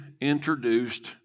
introduced